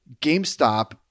GameStop